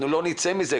אנחנו לא נצא מזה,